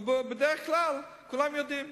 אבל בדרך כלל כולם יודעים.